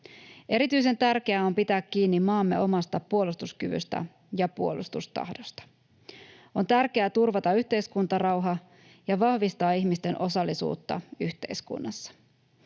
Erityisen tärkeää on pitää kiinni maamme omasta puolustuskyvystä ja puolustustahdosta. On tärkeää turvata yhteiskuntarauha ja vahvistaa ihmisten osallisuutta yhteiskunnassa.